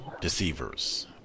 deceivers